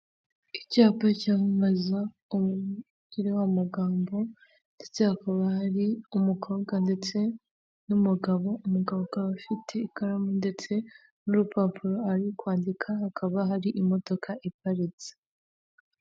Icyapa cyamamaza umu kiriho amagambo ndetse hakaba hari umukobwa ndetse n'umugabo, umugabo akaba ufite ikaramu ndetse n'urupapuro ari kwandika hakaba hari imodoka iparitse.